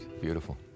Beautiful